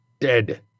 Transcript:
Dead